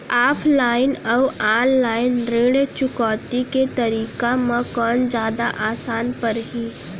Offline अऊ online ऋण चुकौती के तरीका म कोन जादा आसान परही?